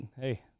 hey